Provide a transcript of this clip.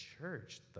church